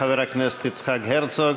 חבר הכנסת יצחק הרצוג,